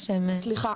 סליחה,